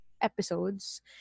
episodes